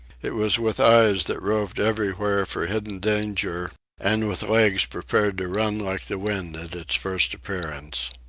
it was with eyes that roved everywhere for hidden danger and with legs prepared to run like the wind at its first appearance.